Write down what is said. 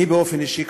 אני באופן אישי,